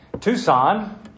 Tucson